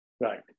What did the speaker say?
Right